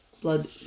blood